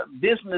business